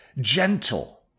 Gentle